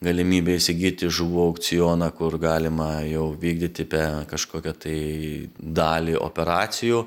galimybė įsigyti žuvų aukcioną kur galima jau vykdyti be kažkokio tai dalį operacijų